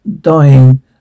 dying